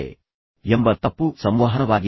ಇದು ಮತ್ತೊಮ್ಮೆ ಸಂಪೂರ್ಣ ತಪ್ಪು ಸಂವಹನವಾಗಿದೆ